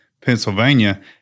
Pennsylvania